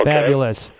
Fabulous